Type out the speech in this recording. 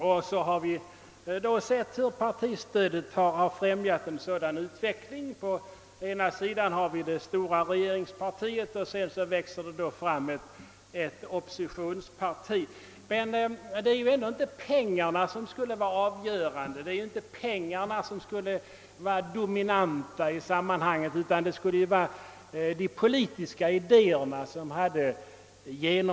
Vi har sett hur partistödet främjat en sådan utveckling; å ena sidan har vi det stora regeringspartiet och å andra sidan ett oppositionsparti som växer fram. Men det är ju ändå inte pengarna som borde vara det avgörande i detta sammanhang utan de politiska idéernas genomslagskraft.